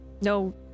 No